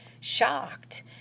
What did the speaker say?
shocked